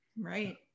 Right